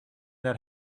that